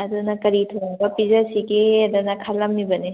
ꯑꯗꯨꯅ ꯀꯔꯤ ꯊꯣꯡꯉꯒ ꯄꯤꯖꯁꯤꯒꯦꯗꯅ ꯈꯜꯂꯝꯃꯤꯕꯅꯦ